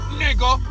nigga